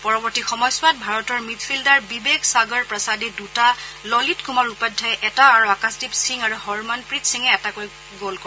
পৰৱৰ্তী সময়চোৱাত ভাৰতৰ মিড ফিল্ডাৰ বিবেক সাগৰপ্ৰসাদে দুটা ললিত কুমাৰ উপধ্যায়ে এটা আৰু আকাশদ্বীপ সিঙ আৰু হৰমানপ্ৰীত সিঙে এটাকৈ গল কৰে